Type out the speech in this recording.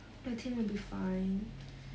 I think will be fine